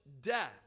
death